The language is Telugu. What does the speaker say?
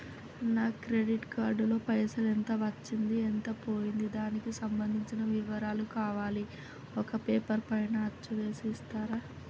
నా క్రెడిట్ కార్డు లో పైసలు ఎంత వచ్చింది ఎంత పోయింది దానికి సంబంధించిన వివరాలు కావాలి ఒక పేపర్ పైన అచ్చు చేసి ఇస్తరా?